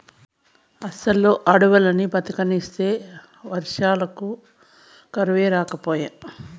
అసలు అడవుల్ని బతకనిస్తే వర్షాలకు కరువే రాకపాయే